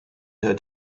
her